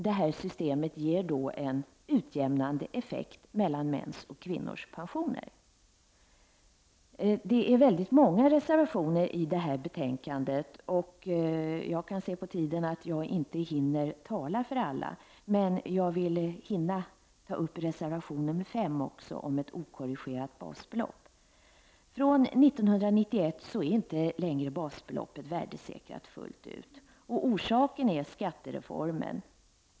Det ger en utjämnande effekt mellan mäns och kvinnors pensioner. Det är många reservationer i detta betänkande. Jag hinner inte med att tala för alla. Men jag vill hinna med att ta upp reservation 5, om ett okorrigerat basbelopp. Från 1991 är inte längre basbeloppet värdesäkrat fullt ut. Orsaken är skattereformen.